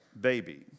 baby